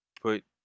put